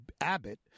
Abbott